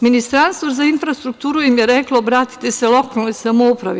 Ministarstvo za infrastrukturu im je reklo - obratite se lokalnoj samoupravi.